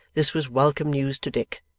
this was welcome news to dick,